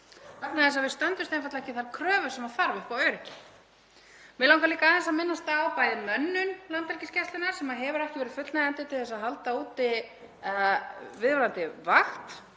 vegna þess að við stöndumst einfaldlega ekki þær kröfur sem þarf upp á öryggi. Mig langar líka aðeins að minnast á bæði mönnun Landhelgisgæslunnar, sem hefur ekki verið fullnægjandi til að halda úti viðvarandi vakt,